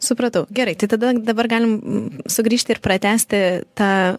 supratau gerai tai tada dabar galim sugrįžti ir pratęsti tą